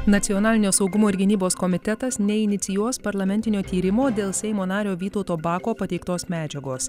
nacionalinio saugumo ir gynybos komitetas neinicijuos parlamentinio tyrimo dėl seimo nario vytauto bako pateiktos medžiagos